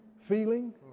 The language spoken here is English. feeling